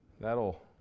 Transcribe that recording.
That'll